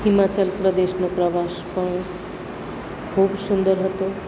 હિમાચલપ્રદેશનો પ્રવાસ પણ ખૂબ સુંદર હતો